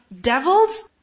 Devils